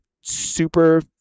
super